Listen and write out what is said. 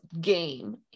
game